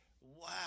Wow